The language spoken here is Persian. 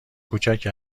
کوچک